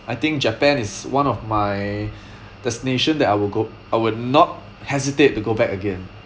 I think japan is one of my destination that I will go I will not hesitate to go back again